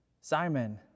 Simon